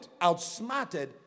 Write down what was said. outsmarted